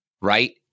right